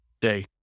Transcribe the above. day